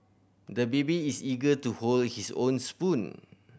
the baby is eager to hold his own spoon